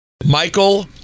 Michael